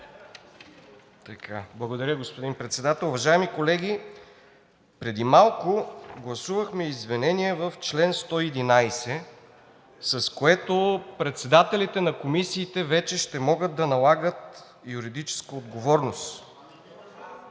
Благодаря, господин Председател. Уважаеми колеги, преди малко гласувахме изменение в чл. 119, с което председателите на комисиите вече ще могат да налагат юридическа отговорност.